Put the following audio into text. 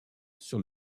sur